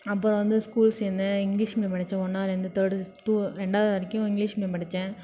அப்புறம் வந்து ஸ்கூல் சேர்ந்தேன் இங்லீஷ் மீடியம் படித்தேன் ஒன்னாவதிலேருந்து தேர்டு டூ ரெண்டாவது வரைக்கும் இங்லீஷ் மீடியம் படிச்சேன்